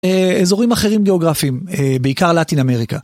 אזורים אחרים גאוגרפיים, בעיקר לאטין אמריקה.